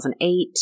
2008